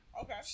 Okay